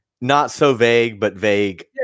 not-so-vague-but-vague